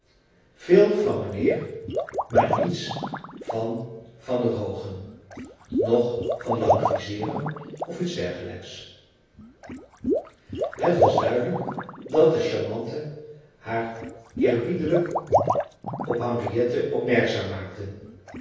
veel van mijnheer maar niets van van der hoogen noch van languisseeren of iets dergelijks het was duidelijk dat de charmante haar eerbiedelijk op henriette opmerkzaam maakte